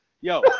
yo